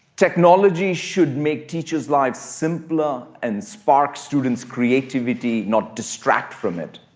technology should make teacher's lives simpler and spark student's creativity not distract from it.